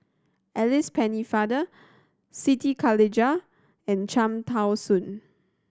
Alice Pennefather Siti Khalijah and Cham Tao Soon